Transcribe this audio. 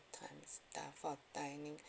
times for dining